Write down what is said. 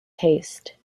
taste